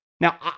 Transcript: Now